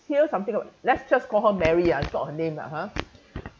hear something about let's just call her mary ah it's not her name lah ha